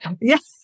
Yes